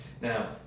now